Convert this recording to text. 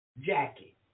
Jackie